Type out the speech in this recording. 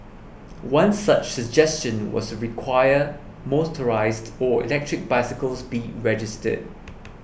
one such suggestion was require motorised or electric bicycles be registered